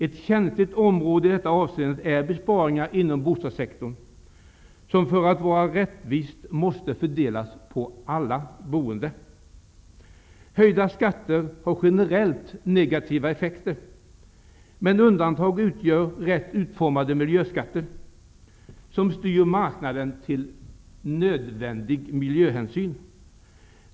Ett känsligt område i detta avseende är besparingarna inom bostadssektorn, som för att vara rättvisa måste fördelas på alla boende. Höjda skatter har generellt negativa effekter, men rätt utformade miljöskatter utgör undantag, vilka styr marknaden mot nödvändig miljöhänsyn.